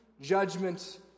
judgment